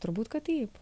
turbūt kad taip